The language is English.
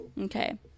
Okay